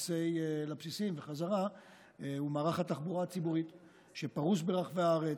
לבסיסים ובחזרה הוא מערך התחבורה הציבורית שפרוס ברחבי הארץ.